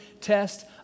test